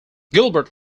gilbert